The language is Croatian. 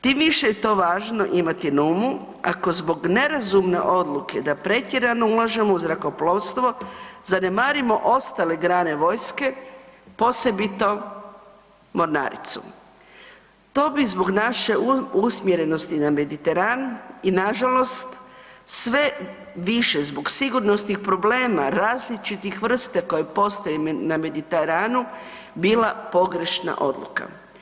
Tim više je to važno imati na umu ako zbog nerazumne odluke da pretjerano ulažemo u zrakoplovstvo, zanemarimo ostale grane vojske posebito mornaricu to bi zbog naše usmjerenosti na Mediteranu i na žalost sve više zbog sigurnosnih problema različitih vrsta koje postoje na Mediteranu bila pogrešna odluka.